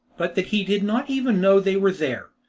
but that he did not even know they were there.